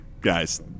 guys